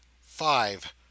five